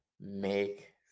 make